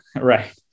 right